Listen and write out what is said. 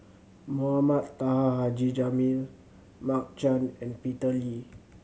Mohamed Taha Haji Jamil Mark Chan and Peter Lee